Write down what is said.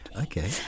Okay